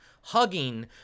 hugging